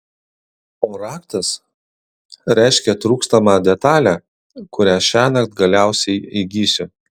o raktas reiškia trūkstamą detalę kurią šiąnakt galiausiai įgysiu